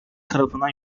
tarafından